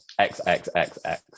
xxxx